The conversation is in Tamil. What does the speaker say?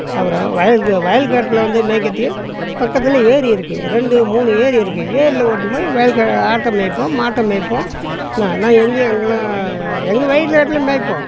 அப்புறம் வயலுக்கு வயல் காட்டில் வந்து மேய்க்கிறதுக்கு பக்கத்தில் ஏரி இருக்குது ரெண்டு மூணு ஏரி இருக்குது ஏரியில் ஓட்டும்போது வயல் கா ஆட்டை மேய்ப்போம் மாட்டை மேய்ப்போம் நான் நான் எங்கேயும் அங்கேலாம் எங்கள் வயல் இடத்துல மேய்ப்போம்